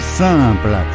simple